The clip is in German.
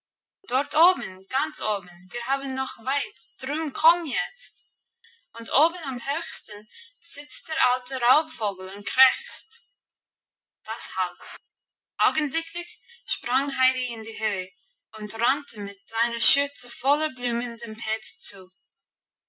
dort oben ganz oben wir haben noch weit drum komm jetzt und oben am höchsten sitzt der alte raubvogel und krächzt das half augenblicklich sprang heidi in die höhe und rannte mit seiner schürze voller blumen dem peter zu